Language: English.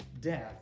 death